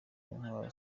intwaro